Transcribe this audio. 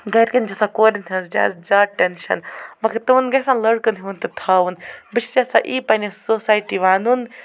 گرِکٮ۪ن چھِ آسان کورٮ۪ن ہٕنٛز جا زیادٕ ٹٮ۪نشن مگر تِمن گژھِ نا لڑکن ہُنٛد تہِ تھاوُن بہٕ چھَس یَژھان یی پنٕنِس سوسایٹی وَنُن زِ